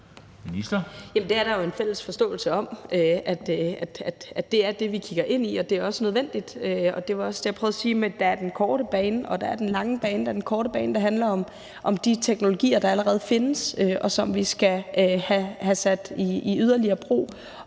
Der er jo en fælles forståelse for, at det er det, vi kigger ind i, og at det også er nødvendigt, og det var også det, jeg prøvede at sige med, at der er den korte bane og der er den lange bane. Den korte bane handler om de teknologier, der allerede findes, og som vi skal have sat i yderligere brug,